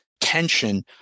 tension